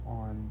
on